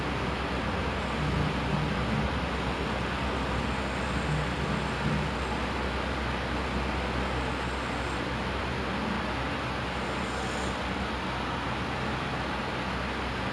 err with my cikgu like during secondary school lah my my english cikgu miss bae like she ask uh what kind of superpower would we want like to fly or to be invisible then like